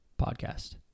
podcast